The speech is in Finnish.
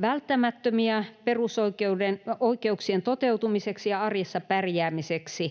välttämättömiä perusoikeuksien toteutumiseksi ja arjessa pärjäämiseksi.